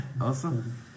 Awesome